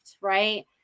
right